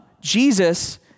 Jesus